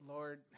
Lord